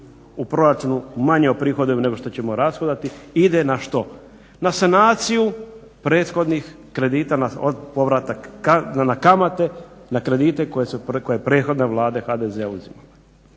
u proračunu, manje u prihodu nego ćemo rashodovati ide na što? Na sanaciju prethodnih kredita od povratak na kamate, na kredite koje je prethodna Vlada HDZ-a uzimala.